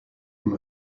from